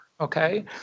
okay